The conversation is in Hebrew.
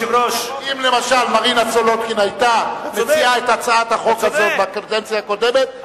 אם למשל מרינה סולודקין היתה מציעה את הצעת החוק הזאת בקדנציה הקודמת,